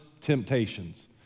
temptations